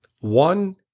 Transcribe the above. One